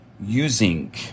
using